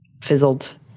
fizzled